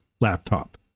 laptop